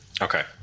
Okay